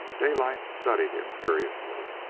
daylight studied him curiously.